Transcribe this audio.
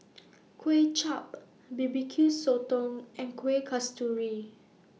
Kuay Chap Barbecue Sotong and Kuih Kasturi